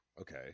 Okay